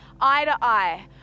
eye-to-eye